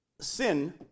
sin